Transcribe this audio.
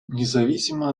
независимо